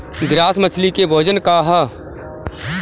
Grass मछली के भोजन का ह?